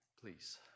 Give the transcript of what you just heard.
please